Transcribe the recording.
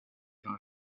från